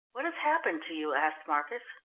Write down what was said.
what has happened to you? asked marcus.